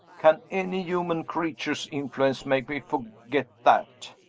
can any human creature's influence make me forget that?